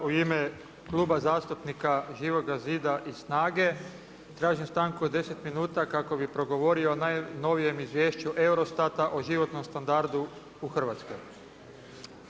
U ime Kluba zastupnika Živoga zida i SNAGA-e tražim stanku od 10 minuta kako bih progovorio o najnovijem izvješću EUROSTATA o životnom standardu u Hrvatskoj.